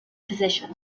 position